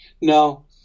No